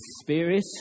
spirit